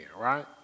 right